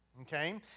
Okay